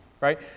Right